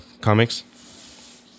comics